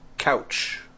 Couch